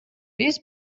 биз